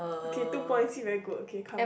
okay two point see very good okay come